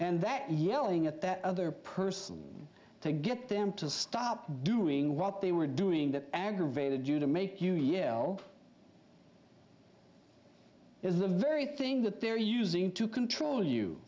and that yelling at that other person to get them to stop doing what they were doing that aggravated you to make you yell is the very thing that they're using to control